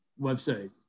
website